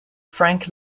frank